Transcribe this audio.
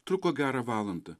truko gerą valandą